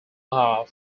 are